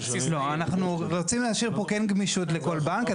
לא, אנחנו רוצים להשאיר פה כן גמישות לכל בנק.